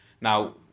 now